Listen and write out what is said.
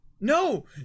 No